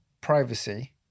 privacy